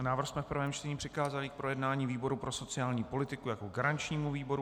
Návrh jsme v prvém čtení přikázali k projednání výboru pro sociální politiku jako garančnímu výboru.